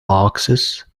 boxes